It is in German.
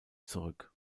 zurück